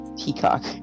Peacock